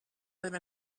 live